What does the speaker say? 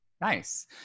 Nice